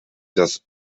das